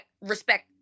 respect